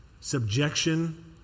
Subjection